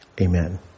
Amen